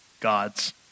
God's